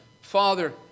Father